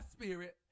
spirit